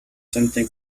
something